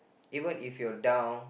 even if you're down